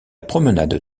promenade